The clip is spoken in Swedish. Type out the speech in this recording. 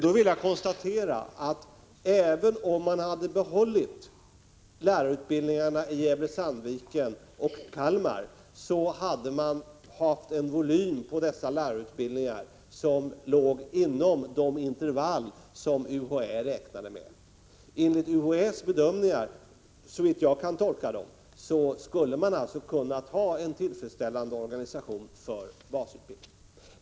Då konstaterar jag, att även om man hade behållit lärarutbildningarna i Gävle-Sandviken och Kalmar, hade man haft en volym på dessa lärarutbildningar som ligger inom de intervall som UHÄ räknade med. Enligt UHÄ:s bedömningar, såvitt jag kan tolka dem, hade man kunnat ha en tillfredsställande organisation för basutbildning.